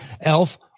Elf